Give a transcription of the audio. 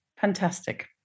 Fantastic